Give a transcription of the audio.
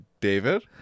David